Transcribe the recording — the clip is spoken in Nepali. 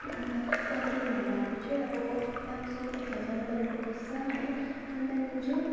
अन्त लक्ष्मी भण्डारको चाहिँ अब पाँच सौ एक हजार गरेर पस्छ हो अनि त्यहाँदेखिको चाहिँ